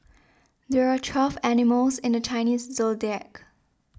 there are twelve animals in the Chinese zodiac